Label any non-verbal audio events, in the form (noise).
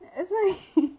that's why (noise)